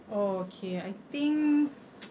oh okay I think